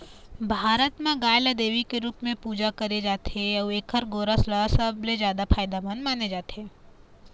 भारत म गाय ल देवी के रूप पूजा करे जाथे अउ एखर गोरस ल सबले जादा फायदामंद माने जाथे